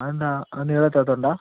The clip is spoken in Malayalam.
അത് എന്നാ അത് നീളം എത്താത്തതുകൊണ്ടാണൊ